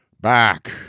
back